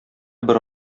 бер